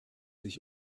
sich